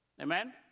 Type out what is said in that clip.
Amen